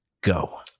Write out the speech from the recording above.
go